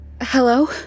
Hello